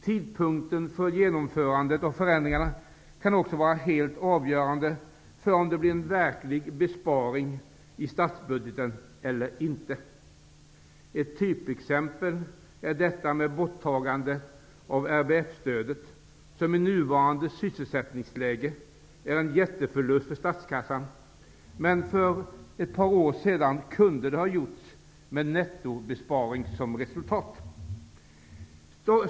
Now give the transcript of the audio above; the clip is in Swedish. Tidpunkten för genomförandet av förändringarna kan också vara helt avgörande för om det blir en verklig besparing i statsbudgeten eller inte. Ett typexempel på detta är borttagandet av RBF-stödet, något som i nuvarande sysselsättningsläge innebär en jätteförlust för statskassan men som för ett par år sedan kunde ha gjorts med en nettobesparing som resultat.